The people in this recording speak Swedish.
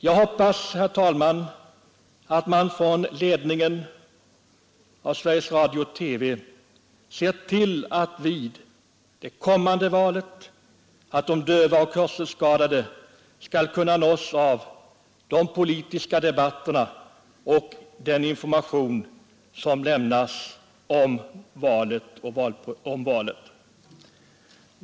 Jag hoppas, herr talman, att ledningen för Sveriges Radio-TV ser till att vid det kommande valet de döva och hörselskadade skall kunna nås av de politiska debatterna och den information som lämnas om valet.